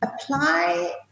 apply